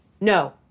No